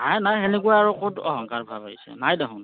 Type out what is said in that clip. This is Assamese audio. নাাই নাই সেনেকুৱা আৰু ক'ত অহংকাৰ ভাৱ আহিছে নাই দেখোন